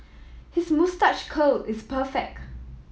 his moustache curl is perfect